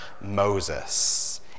Moses